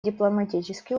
дипломатические